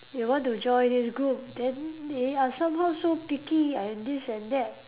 you want to join this group then they are somehow so picky and this and that